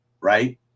right